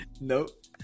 nope